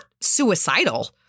suicidal